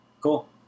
Cool